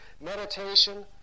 meditation